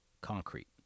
concrete